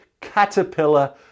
caterpillar